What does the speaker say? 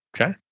Okay